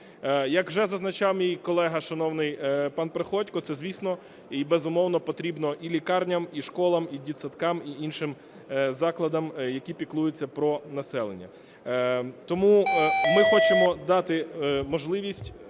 Як вже зазначав мій колега шановний пан Приходько, це, звісно і безумовно, потрібно і лікарням, і школам, і дитсадкам, й іншим закладам, які піклуються про населення. Тому ми хочемо дати можливість,